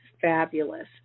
fabulous